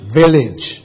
village